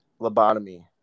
Lobotomy